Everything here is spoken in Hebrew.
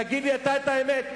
תגיד לי אתה את האמת,